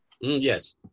Yes